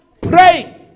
pray